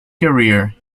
career